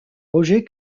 roger